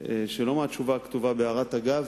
שלא מהתשובה הכתובה, בהערת אגב,